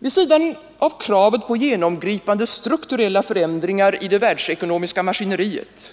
Vid sidan av kravet på genomgripande strukturella förändringar i det världsekonomiska maskineriet